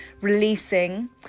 releasing